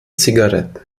zigaretten